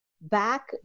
back